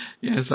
yes